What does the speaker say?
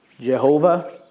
Jehovah